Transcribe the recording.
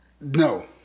No